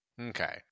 Okay